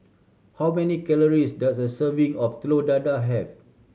how many calories does a serving of Telur Dadah have